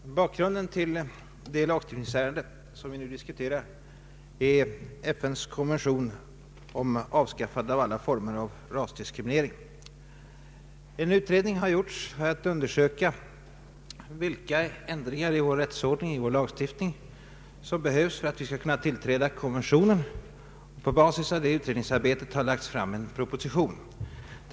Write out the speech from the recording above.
Herr talman! Bakgrunden till det lagstiftningsärende som vi nu diskuterar är FN:s konvention om avskaffande av alla former av rasdiskriminering. En utredning har gjorts för att undersöka avskaffande av rasdiskriminering, m.m. vilka ändringar i vår lagstiftning som behövs för att vi skall kunna biträda konventionen. På basis av det utredningsarbetet har en proposition lagts fram.